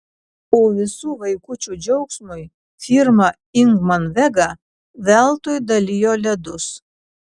o visų vaikučių džiaugsmui firma ingman vega veltui dalijo ledus